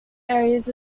areas